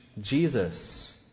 Jesus